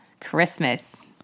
Christmas